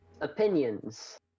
opinions